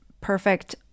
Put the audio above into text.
perfect